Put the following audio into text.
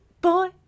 boy